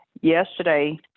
yesterday